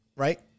Right